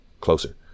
closer